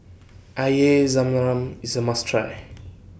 Air Zam Zam IS A must Try